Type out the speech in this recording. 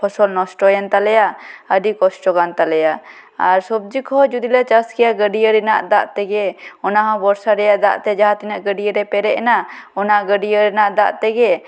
ᱯᱷᱚᱥᱚᱞ ᱱᱚᱥᱴᱚᱭᱮᱱ ᱛᱟᱞᱮᱭᱟ ᱟᱹᱰᱤ ᱠᱚᱥᱴᱚ ᱠᱟᱱ ᱛᱟᱞᱮᱭᱟ ᱟᱨ ᱥᱚᱵᱽᱡᱤ ᱠᱚᱦᱚᱸ ᱡᱚᱫᱤ ᱞᱮ ᱪᱟᱥ ᱠᱮᱭᱟ ᱜᱟᱹᱰᱤᱭᱟᱹ ᱨᱮᱱᱟᱜ ᱫᱟᱜ ᱛᱮᱜᱮ ᱚᱱᱟᱦᱚᱸ ᱵᱚᱨᱥᱟ ᱨᱮᱭᱟᱜ ᱫᱟᱜ ᱛᱮ ᱡᱟᱦᱟᱸ ᱛᱤᱱᱟᱹᱜ ᱜᱟᱹᱰᱤᱭᱟᱹ ᱨᱮ ᱯᱮᱨᱮᱡ ᱮᱱᱟ ᱚᱱᱟ ᱜᱟᱹᱰᱤᱭᱟᱹ ᱨᱮᱱᱟᱜ ᱫᱟᱜ ᱛᱮᱜᱮ